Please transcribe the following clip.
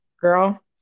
Girl